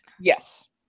Yes